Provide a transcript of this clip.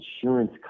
insurance